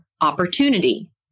opportunity